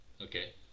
okay